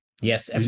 Yes